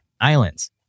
Islands